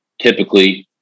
typically